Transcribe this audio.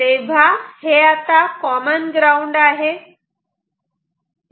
तेव्हा हे आता कॉमन ग्राउंड आहे